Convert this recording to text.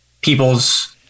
people's